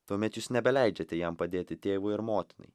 tuomet jūs nebeleidžiate jam padėti tėvui ar motinai